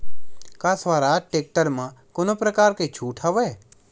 का स्वराज टेक्टर म कोनो प्रकार के छूट हवय?